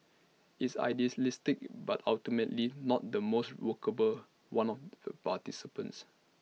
it's idealistic but ultimately not the most workable one of the participants